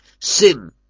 Sin